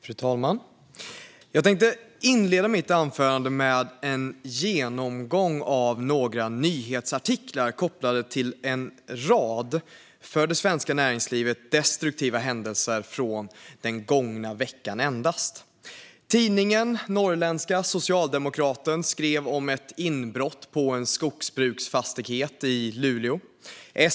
Fru talman! Jag tänker inleda mitt anförande med en genomgång av några nyhetsartiklar om en rad för det svenska näringslivet destruktiva händelser från endast den gångna veckan. Tidningen Norrländska Socialdemokraten skrev om ett inbrott på en skogsbruksfastighet i Luleå.